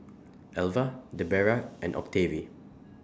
Elva Debera and Octavie